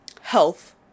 health